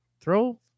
Throw